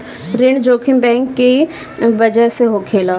ऋण जोखिम बैंक की बजह से होखेला